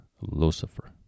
Lucifer